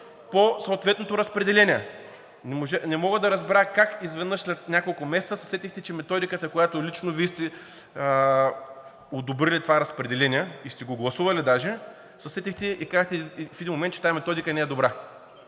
по съответното разпределение. Не мога да разбера как изведнъж след няколко месеца се сетихте, че методиката, с която лично Вие сте одобрили това разпределение и сте го гласували, се сетихте в един момент, че тази методика не е добра?!